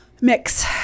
Mix